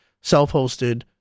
self-hosted